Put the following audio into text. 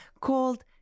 called